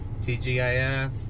TGIF